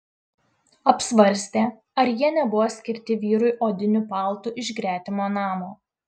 apsvarstė ar jie nebuvo skirti vyrui odiniu paltu iš gretimo namo